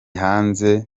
hanze